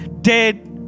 dead